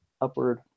upward